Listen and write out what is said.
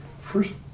First